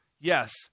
yes